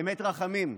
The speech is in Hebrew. באמת רחמים.